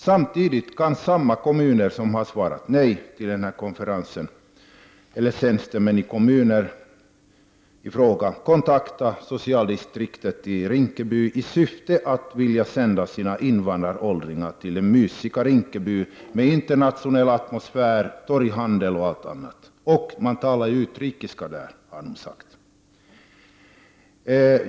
Samtidigt kan tjänstemännen i samma kommuner som har svarat nej till deltagande i konferensen kontakta socialdistriktet i Rinkeby i syfte att sända sina invandraråldringar till det mysiga Rinkeby med internationell atmosfär, torghandel m.m. Man talar ju utrikiska där, har de sagt.